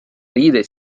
riideid